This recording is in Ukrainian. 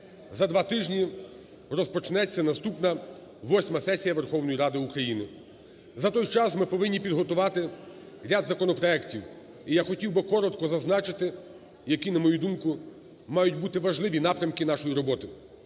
за два тижні розпочнеться наступна, восьма, сесія Верховної Ради України. За той час ми повинні підготувати ряд законопроектів, і я хотів би коротко зазначити, які, на мою думку, мають бути важливі напрямки нашої роботи.